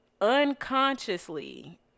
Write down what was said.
unconsciously